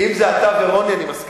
אם זה אתה ורוני אני מסכים,